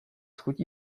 chutí